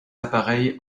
appareils